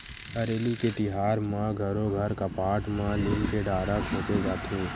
हरेली के तिहार म घरो घर कपाट म लीम के डारा खोचे जाथे